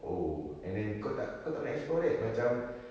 oh and then kau tak kau tak nak explore right macam